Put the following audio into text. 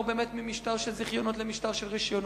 באמת ממשטר של זיכיונות למשטר של רשיונות,